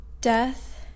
Death